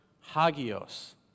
hagios